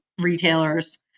retailers